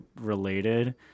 related